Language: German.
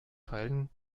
teilen